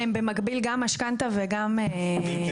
שהם משלמים במקביל גם משכנתא וגם שכר דירה.